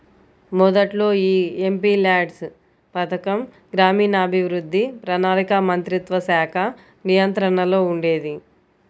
మొదట్లో యీ ఎంపీల్యాడ్స్ పథకం గ్రామీణాభివృద్ధి, ప్రణాళికా మంత్రిత్వశాఖ నియంత్రణలో ఉండేది